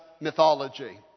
mythology